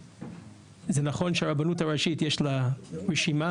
זה נכון שהרבנות הראשית יש לה רשימה,